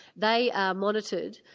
they are monitored,